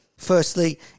Firstly